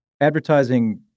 advertising